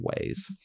ways